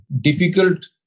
difficult